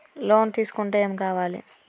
Loan తీసుకుంటే ఏం కావాలి?